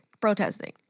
protesting